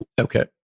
Okay